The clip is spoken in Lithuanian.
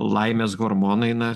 laimės hormonai na